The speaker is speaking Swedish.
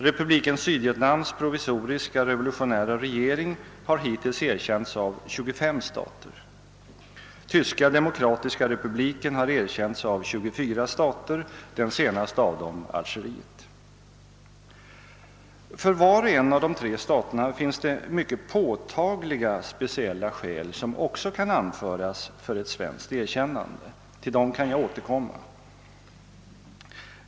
Republiken Sydvietnams provisoriska revolutionära regering har hittills erkänts av 25 stater. Tyska demokratiska republiken har erkänts av 24 stater, den senaste av dem Algeriet. För var och en av de tre staterna finns det mycket påtagliga speciella skäl som kan anföras för ett svenskt erkännande. Till dem skall jag återkomma.